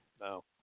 No